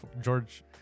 George